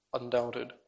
undoubted